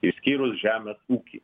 išskyrus žemės ūkį